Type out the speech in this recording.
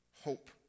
Hope